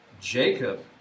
Jacob